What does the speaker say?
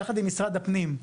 ביחד עם משרד הפנים,